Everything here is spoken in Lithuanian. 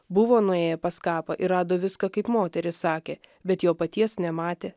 buvo nuėję pas kapą ir rado viską kaip moterys sakė bet jo paties nematė